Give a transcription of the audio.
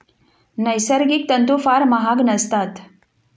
नैसर्गिक तंतू फार महाग नसतात